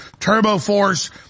TurboForce